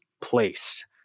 placed